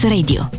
Radio